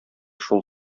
шул